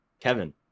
Kevin